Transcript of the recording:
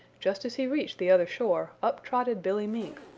just as he reached the other shore up trotted billy mink,